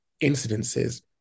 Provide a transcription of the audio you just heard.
incidences